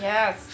Yes